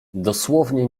dosłownie